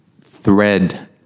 thread